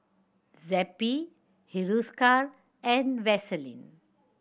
Zappy Hiruscar and Vaselin